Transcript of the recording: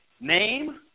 name